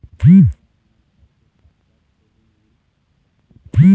मोला हमर घर के कागजात से ऋण मिल सकही का?